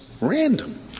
random